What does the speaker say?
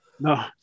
No